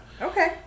Okay